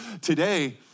today